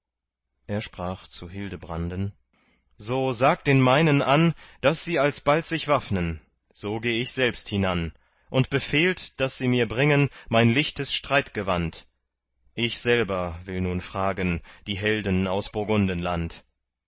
er sprach zu hildebranden so sagt den meinen an daß sie alsbald sich waffnen so geh ich selbst hinan und befehlt daß sie mir bringen mein lichtes streitgewand ich selber will nun fragen die helden aus